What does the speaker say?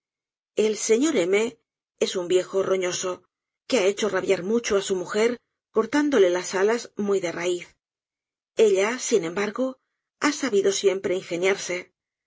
el señor m es un viejo roñoso que ha hecho rabiar mucho á su mujer cortándole las alas muy de raíz ella sin embargo ha sabido siempre ingeniarse